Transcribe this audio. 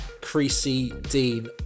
Creasy-Dean